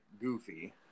goofy